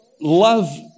Love